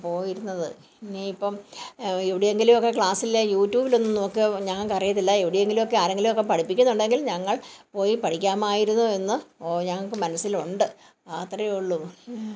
പോയിരുന്നത് ഇനിയിപ്പം എവിടെങ്കിലുമൊക്കെ ക്ലാസ്സിലെ യൂട്യൂബിലൊന്നും നോക്കാൻ ഞങ്ങക്കറിയത്തില്ല എവിടെയെങ്കിലൊക്കെ ആരെങ്കിലൊക്കെ പഠിപ്പിക്കുന്നുണ്ടെങ്കിൽ ഞങ്ങൾ പോയി പഠിക്കാമായിരുന്നു എന്ന് ഓ ഞങ്ങൾക്ക് മനസിലുണ്ട് അത്രയേ ഉള്ളൂ